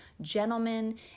gentlemen